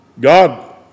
god